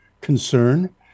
concern